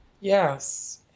Yes